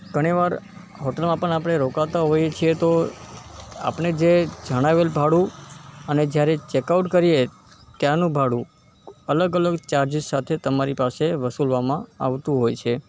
ઘણીવાર હોટૅલમાં પણ આપણે રોકાતા હોઈએ છીએ તો આપણે જે જણાવેલ ભાડું અને જયારે ચૅક આઉટ કરીએ ત્યારનું ભાડું અલગ અલગ ચાર્જીસ સાથે તમારી પાસે વસૂલવામાં આવતું હોય છે